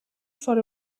for